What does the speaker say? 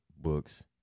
books